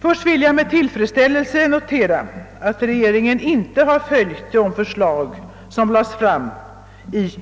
Först vill jag med tillfredsställelse notera att regeringen inte har följt de förslag som framlades